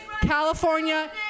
California